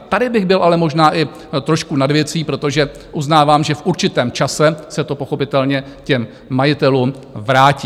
Tady bych byl ale možná i trošku nad věcí, protože uznávám, že v určitém čase se to pochopitelně těm majitelům vrátí.